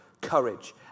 courage